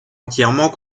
entièrement